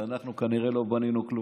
אנחנו כנראה לא בנינו כלום.